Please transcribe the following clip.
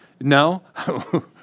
No